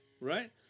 Right